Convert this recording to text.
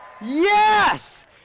Yes